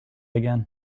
again